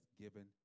given